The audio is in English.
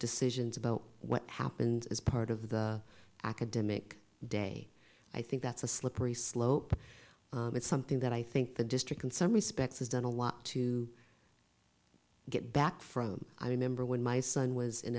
decisions about what happens as part of the academic day i think that's a slippery slope it's something that i think the district in some respects has done a lot to get back from i remember when my son was in